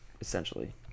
Essentially